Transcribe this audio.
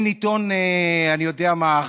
אין עיתון, אני יודע מה?